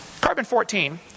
Carbon-14